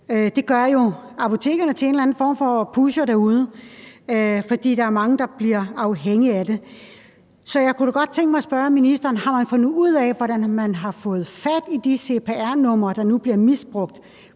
Det gør jo apotekerne til en eller anden form for pushere derude, fordi der er mange, der bliver afhængige af det. Så jeg kunne da godt tænke mig at spørge ministeren: Har man fundet ud af, hvordan de har fået fat i de cpr-numre, der nu bliver misbrugt?